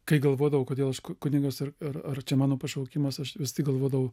kai galvodavau kodėl kunigas ar ar ar čia mano pašaukimas aš visa tai galvodavau